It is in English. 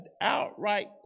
Outright